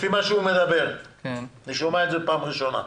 לפי מה שהוא אומר ואני שומע את זה פעם ראשונה,